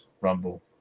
Rumble